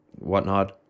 whatnot